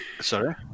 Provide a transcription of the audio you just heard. Sorry